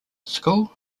school